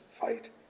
fight